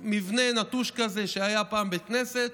מבנה נטוש כזה שהיה פעם בית כנסת.